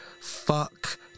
fuck